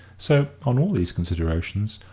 so, on all these considerations,